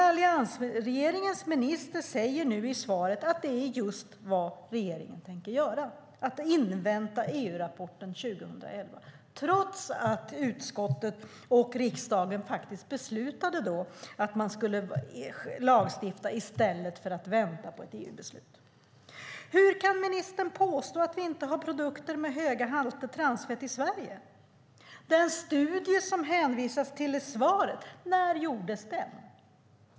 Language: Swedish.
Alliansregeringens minister sade nu i sitt svar att det är just vad regeringen tänker göra, nämligen invänta EU-rapporten från 2011 - trots att utskottet och riksdagen beslutade att lagstifta i stället för att vänta på ett EU-beslut. Hur kan ministern påstå att det inte finns produkter med höga halter av transfett i Sverige? När gjordes den studie som ministern hänvisade till i sitt svar?